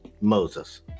Moses